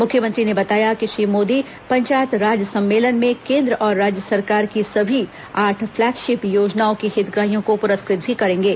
मुख्यमंत्री ने बताया कि श्री मोदी पंचायत राज सम्मेलन में केंद्र और राज्य सरकार की सभी आठ फ्लैगशिप योजनाओं के हितग्राहियों को पुरस्कृत भी करेंगे